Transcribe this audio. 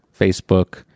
facebook